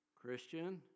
Christian